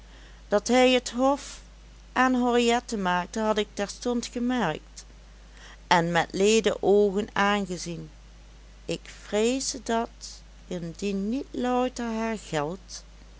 dat hij het hof aan henriette maakte had ik terstond gemerkt en met leede oogen aangezien ik vreesde dat indien niet louter haar geld